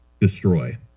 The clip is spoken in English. destroy